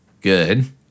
Good